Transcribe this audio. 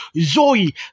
Zoe